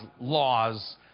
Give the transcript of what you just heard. laws